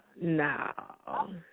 no